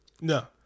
No